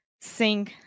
sing